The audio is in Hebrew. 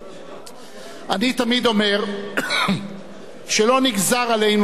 אני תמיד אומר שלא נגזר עלינו לחיות כאן יחד,